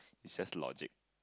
it's just logic